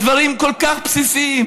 הדברים כל כך בסיסיים,